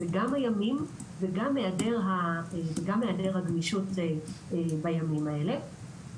זה גם הימים וזה גם היעדר הגמישות בימים האלה.